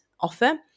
offer